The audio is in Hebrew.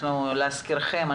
להזכירכם,